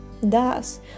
Thus